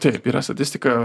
taip yra statistika